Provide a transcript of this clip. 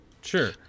sure